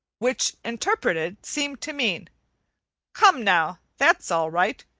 which interpreted seemed to mean come now that's all right.